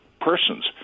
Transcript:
persons